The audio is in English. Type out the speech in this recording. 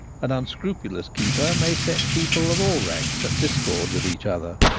an unscrupulous keeper may set people of all ranks at discord with each other.